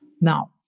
Now